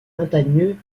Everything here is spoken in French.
montagneux